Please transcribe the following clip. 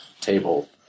Table